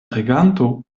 reganto